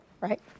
right